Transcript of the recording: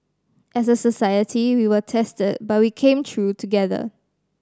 as a society we were tested but we came through together